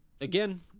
again